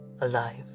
alive